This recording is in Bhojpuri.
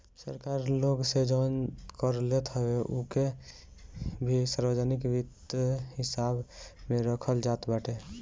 सरकार लोग से जवन कर लेत हवे उ के भी सार्वजनिक वित्त हिसाब में रखल जात बाटे